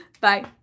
Bye